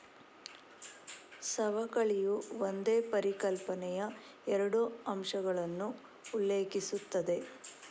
ಸವಕಳಿಯು ಒಂದೇ ಪರಿಕಲ್ಪನೆಯ ಎರಡು ಅಂಶಗಳನ್ನು ಉಲ್ಲೇಖಿಸುತ್ತದೆ